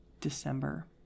December